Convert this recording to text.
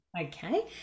Okay